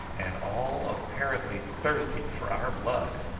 and all apparently thirsting for our blood.